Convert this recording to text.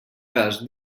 cas